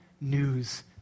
news